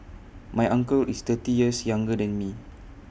my uncle is thirty years younger than me